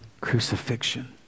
crucifixion